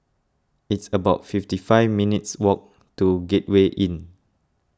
it's about fifty five minutes' walk to Gateway Inn